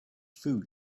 food